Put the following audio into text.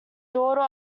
daughter